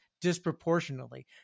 disproportionately